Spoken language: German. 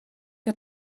der